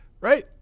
right